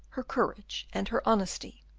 her courage, and her honesty.